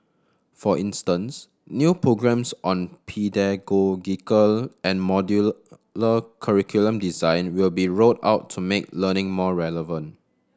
for instance new programmes on pedagogical and modular curriculum design will be rolled out to make learning more relevant